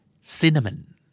Cinnamon